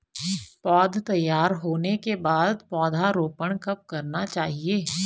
पौध तैयार होने के बाद पौधा रोपण कब करना चाहिए?